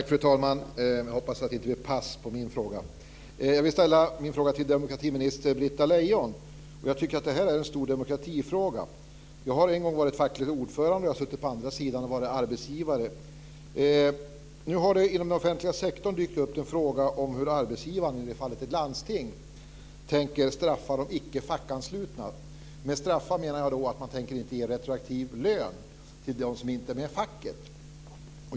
Fru talman! Jag hoppas att det inte blir pass på min fråga. Jag vill ställa frågan till demokratiminister Det här är en stor demokratifråga. Jag har en gång varit facklig ordförande, och jag har suttit på andra sidan och varit arbetsgivare. Nu har det inom den offentliga sektorn dykt upp en fråga om hur arbetsgivaren, i det här fallet ett landsting, tänker straffa de icke-fackanslutna. Med straffa menar jag att man inte tänker ge retroaktiv lön till dem som inte är med i facket.